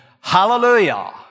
Hallelujah